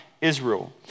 Israel